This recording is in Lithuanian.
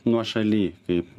nuošalyj kaip